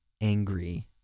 angry